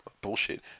bullshit